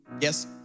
Yes